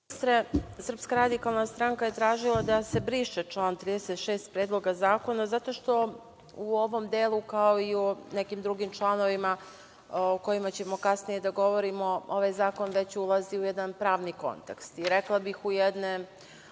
Srpska radikalna stranka je tražila da se briše član 36 Predloga zakona, zato što u ovom delu, kao i u nekim drugim članovima o kojima ćemo kasnije da govorimo, ovaj zakon već ulazi u jedan pravni kontekst i rekla bih u jedne